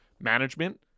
management